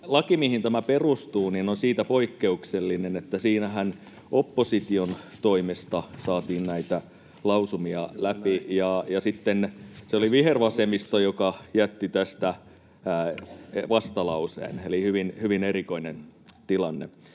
laki, mihin tämä perustuu, on siitä poikkeuksellinen, että siinähän opposition toimesta saatiin näitä lausumia läpi ja sitten se oli vihervasemmisto, joka jätti tästä vastalauseen — eli hyvin erikoinen tilanne.